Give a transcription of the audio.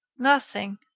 nothing,